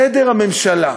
חדר הממשלה,